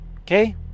okay